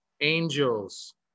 Angels